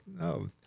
no